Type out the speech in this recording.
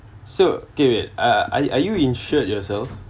so okay wait are are are you insured yourself